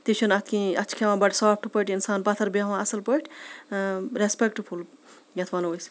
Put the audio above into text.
تہِ چھُںہٕ اَتھ کِہیٖنۍ اَتھ چھِ کھٮ۪وان بَڑٕ سافٹ پٲٹھۍ اِنسان پتھَر بیٚہوان اَصٕل پٲٹھۍ ریسپیکٹ فُل یَتھ وَنو أسۍ